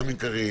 גם עם קארין,